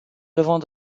levant